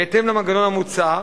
בהתאם למנגנון המוצע,